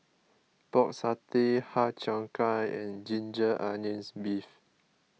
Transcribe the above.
Pork Satay Har Cheong Gai and Ginger Onions Beef